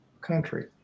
country